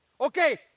okay